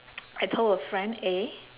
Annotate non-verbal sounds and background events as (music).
(noise) I told a friend eh